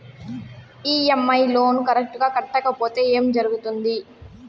EMI loan correct గా కట్టకపోతే ఏం జరుగుతుంది